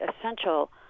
essential